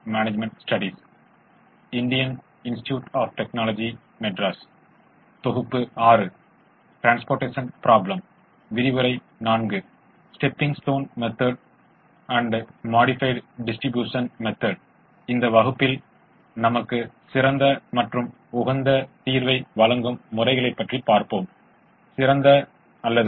எனவே கேள்வியின் பதிலுக்கு நாம் இப்போது நெருக்கமாக நகர்கிறோம் இரட்டையின் முக்கியத்துவம் என்ன இரட்டை முதன்மையானது எவ்வாறு தொடர்புடையது நேரியல் நிரலாக்கத்தைப் பற்றிய நமது புரிதலை சிறப்பாகப் புரிந்துகொள்ள உதவும் இரட்டை பற்றி மேலும் என்ன கற்றுக்கொள்ளலாம்